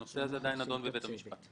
הנושא הזה עדיין נדון בבית המשפט.